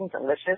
delicious